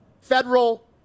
Federal